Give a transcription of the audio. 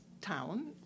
town